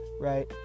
Right